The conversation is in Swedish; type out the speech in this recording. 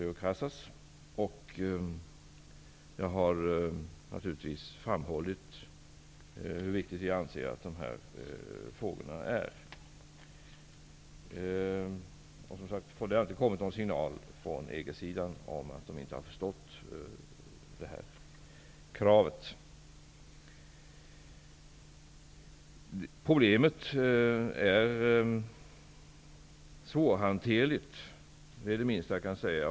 Jag har naturligtvis framhållit hur viktiga jag anser att de här frågorna är. Det har inte kommit någon signal från EG-sidan om att de inte har förstått det kravet. Problemet är svårhanterligt. Det är det minsta jag kan säga.